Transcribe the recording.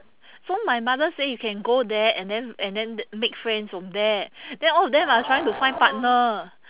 so my mother say you can go there and then and then make friends from there then all of them are trying to find partner